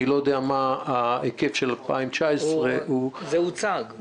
אני לא יודע מה ההיקף של 2019. זה הוצג.